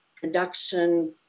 production